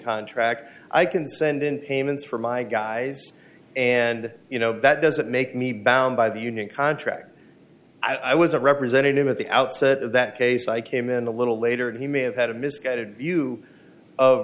contract i can send in payments for my guys and you know that doesn't make me bound by the union contract i would that represented him at the outset that case i came in a little later and he may have had a misguided view of